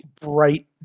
bright